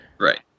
Right